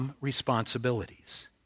responsibilities